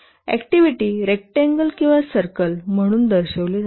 activity rectangle किंवा circle म्हणून दर्शविले जातात